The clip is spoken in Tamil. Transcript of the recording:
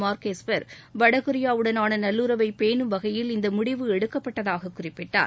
மார்க் எஸ்பர் வடகொரிய உடனான நல்லுறவை பேணும் வகையில் இந்த முடிவு எடுக்கப்பட்டதாக குறிப்பிட்டார்